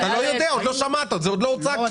אתה לא יודע, עוד לא שמעת, זה עוד לא הוצג פה.